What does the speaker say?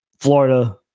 Florida